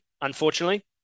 unfortunately